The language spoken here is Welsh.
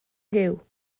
rhyw